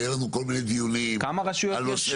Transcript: והיה לנו כל מיני דיונים על נושא של --- כמה רשויות יש?